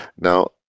Now